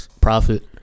profit